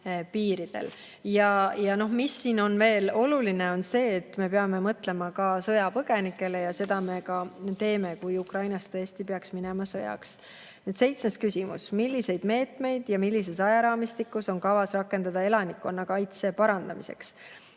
piiril. Siin on veel oluline, et me peame mõtlema ka sõjapõgenikele, ja seda me ka teeme, kui Ukrainas tõesti peaks minema sõjaks. Seitsmes küsimus: "Milliseid meetmeid ning millises ajaraamistikus on kavas rakendada elanikkonnakaitse parandamiseks?"